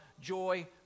joy